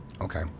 Okay